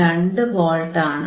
2 volts ആണ്